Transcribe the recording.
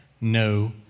No